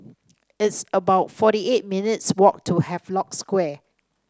it's about forty eight minutes' walk to Havelock Square